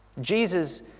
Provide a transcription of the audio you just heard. Jesus